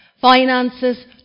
finances